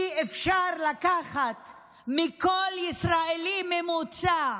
אי-אפשר למנוע מכל ישראלי ממוצע,